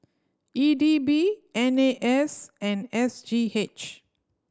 E D B N A S and S G H